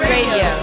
Radio